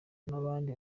n’abandi